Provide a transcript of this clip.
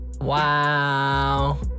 Wow